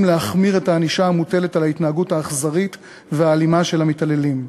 להחמיר את הענישה המוטלת בגין ההתנהגות האכזרית והאלימה של המתעללים.